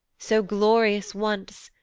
so glorious once,